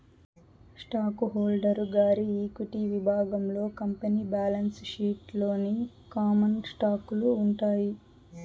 stock holder గారి equity విభాగంలో company balance sheet లోని కామన్ స్టాకులు ఉంటాయి